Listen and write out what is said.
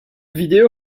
video